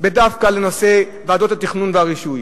דווקא בנושא ועדות התכנון והרישוי,